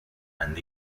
and